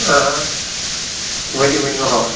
آ ؤنِو ؤنِو اَوا